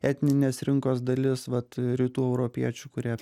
etninės rinkos dalis vat rytų europiečių kurie